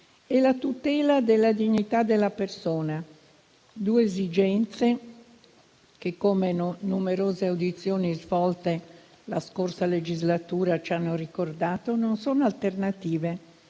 e la tutela della dignità della persona: due esigenze che, come numerose audizioni svolte la scorsa legislatura ci hanno ricordato, non sono alternative,